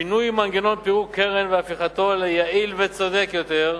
שינוי מנגנון פירוק קרן והפיכתו ליעיל וצודק יותר,